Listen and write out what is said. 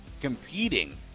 competing